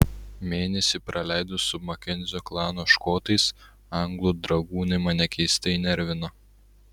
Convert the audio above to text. mėnesį praleidus su makenzio klano škotais anglų dragūnai mane keistai nervino